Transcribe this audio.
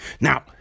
now